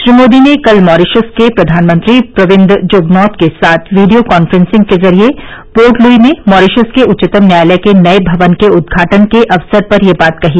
श्री मोदी ने कल मॉरीशस के प्रधानमंत्री प्रविन्द जुगनॉथ के साथ वीडियो कॉन्फ्रेन्सिंग के जरिए पोर्ट लुई में मॉरीशस के उच्चतम न्यायालय के नये भवन के उद्घाटन के अवसर पर यह बात कही